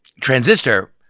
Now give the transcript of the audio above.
Transistor